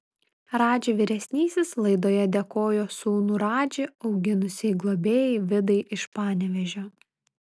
radži vyresnysis laidoje dėkojo sūnų radži auginusiai globėjai vidai iš panevėžio